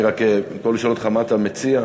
במקום לשאול אותך מה אתה מציע,